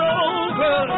over